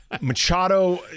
Machado